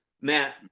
Matt